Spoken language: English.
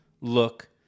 look